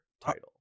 title